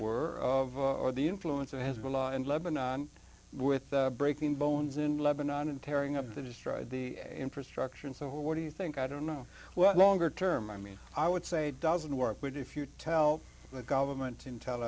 were of a or the influence of hezbollah and lebanon with breaking bones in lebanon and tearing up to destroy the infrastructure and so what do you think i don't know well longer term i mean i would say doesn't work but if you tell the government in tel